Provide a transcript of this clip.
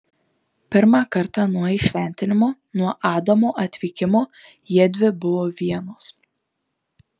pirmą kartą nuo įšventinimo nuo adamo atvykimo jiedvi buvo vienos